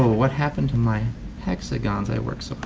what happend to my hexagons, i worked so